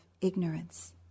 ignorance